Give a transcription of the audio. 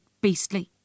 Beastly